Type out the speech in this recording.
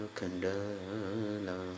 kandala